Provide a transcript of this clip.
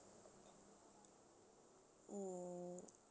mm